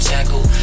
Tackle